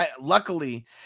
luckily